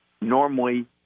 normally